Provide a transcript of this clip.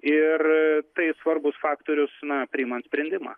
ir tai svarbus faktorius na priimant sprendimą